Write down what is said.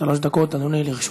שלוש דקות לרשותך,